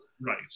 Right